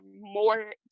more